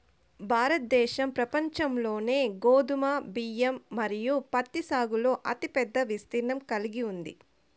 భారతదేశం ప్రపంచంలోనే గోధుమ, బియ్యం మరియు పత్తి సాగులో అతిపెద్ద విస్తీర్ణం కలిగి ఉంది